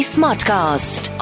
Smartcast